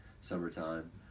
summertime